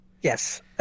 Yes